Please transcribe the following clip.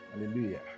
Hallelujah